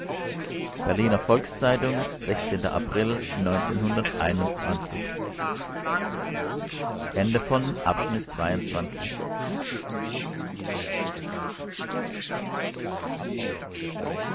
berliner volks-zeitung april